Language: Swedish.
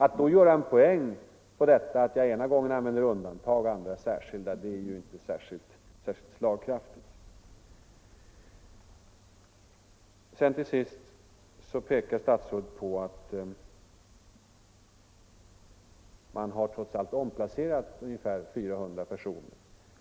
Att då göra en poäng av den omständigheten att jag ena gången använde ordet ”undantag” och andra gången ”särskilda” är inte vidare slagkraftigt. Till sist pekar statsrådet på att man trots allt har omplacerat ungefär 400 personer.